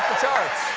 charts.